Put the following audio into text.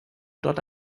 dort